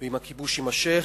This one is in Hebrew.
ואם הכיבוש יימשך,